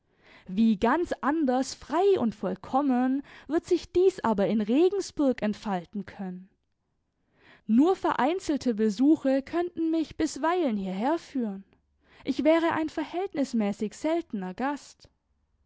wie ganz anders frei und vollkommen wird sich dies aber in regensburg entfalten können nur vereinzelte besuche könnten mich bisweilen hierherführen ich wäre ein verhältnismäßig seltener gast